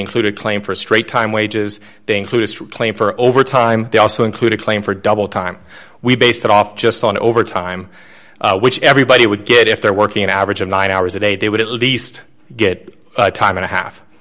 include a claim for straight time wages they include a claim for overtime they also include a claim for double time we based off just on over time which everybody would get if they're working an average of nine hours a day they would at least get time and a half